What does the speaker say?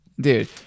Dude